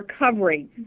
Recovery